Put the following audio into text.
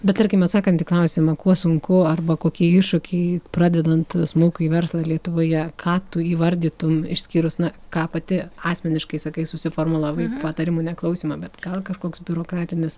bet tarkime atsakant į klausimą kuo sunku arba kokie iššūkiai pradedant smulkųjį verslą lietuvoje ką tu įvardytum išskyrus na ką pati asmeniškai sakai susiformulavai patarimų neklausymą bet gal kažkoks biurokratinis